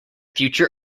future